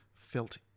felt